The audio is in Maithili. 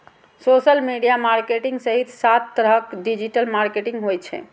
सोशल मीडिया मार्केटिंग सहित सात तरहक डिजिटल मार्केटिंग होइ छै